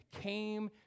Came